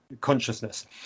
consciousness